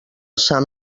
sant